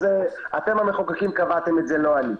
אתם המחוקקים קבעתם את זה, לא אני.